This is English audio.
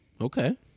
Okay